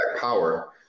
power